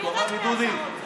אני ישבתי איתך בקואליציה,